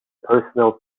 personal